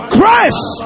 Christ